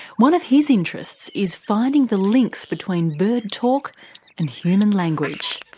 one of his interests is finding the links between bird talk and human language.